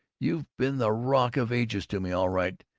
you've been the rock of ages to me, all right,